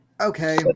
Okay